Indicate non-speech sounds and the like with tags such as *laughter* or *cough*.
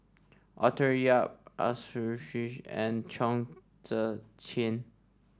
Arthur Yap Arasu *unintelligible* and Chong Tze Chien